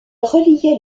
reliait